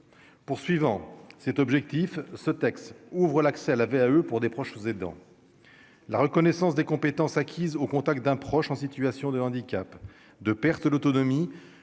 poursuivant cet objectif ce texte ouvre l'accès à la VAE pour des proches faisaient dans la reconnaissance des compétences acquises au contact d'un proche en situation de handicap, de perte d'autonomie